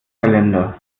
kalender